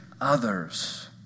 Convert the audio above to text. others